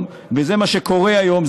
וזה מה שקורה היום,